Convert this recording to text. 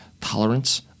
tolerance